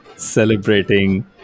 celebrating